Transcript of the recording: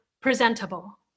presentable